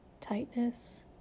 tightness